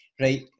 Right